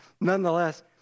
nonetheless